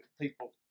people